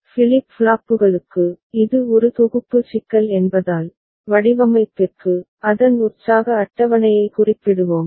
flip ஃப்ளாப்புகளுக்கு இது ஒரு தொகுப்பு சிக்கல் என்பதால் வடிவமைப்பிற்கு அதன் உற்சாக அட்டவணையை குறிப்பிடுவோம்